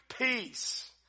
peace